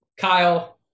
Kyle